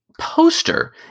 poster